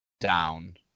down